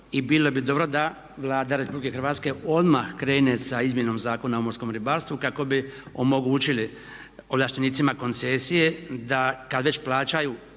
i bilo bi dobro da Vlada RH odmah krene sa izmjenom Zakona o morskom ribarstvu kako bi omogućili ovlaštenicima koncesije da kad već plaćaju